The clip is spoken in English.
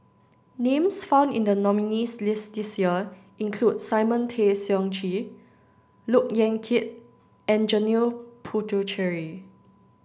names found in the nominees' list this year include Simon Tay Seong Chee Look Yan Kit and Janil Puthucheary